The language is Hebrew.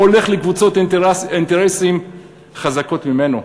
הולך לקבוצות אינטרסים חזקות ממנו?